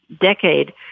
decade